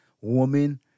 Woman